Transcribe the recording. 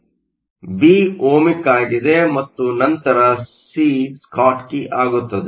ಆದ್ದರಿಂದ B ohmic ಆಗಿದೆ ಮತ್ತು ನಂತರ ಸಿ ಸ್ಕಾಟ್ಕಿ ಆಗುತ್ತದೆ